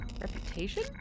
Reputation